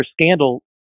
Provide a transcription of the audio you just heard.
scandal